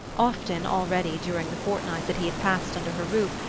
often already, during the fortnight that he had passed under her roof,